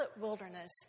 wilderness